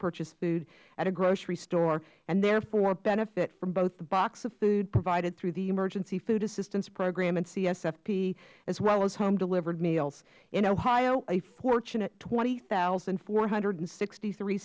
purchase food at a grocery store and therefore benefit from both a box of food provided through the emergency assistance program and csfp as well as home delivered meals in ohio a fortunate twenty thousand four hundred and sixty three